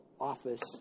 office